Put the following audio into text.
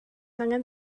angen